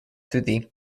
through